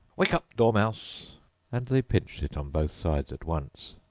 wake up, dormouse and they pinched it on both sides at once.